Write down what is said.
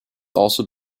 also